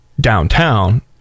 downtown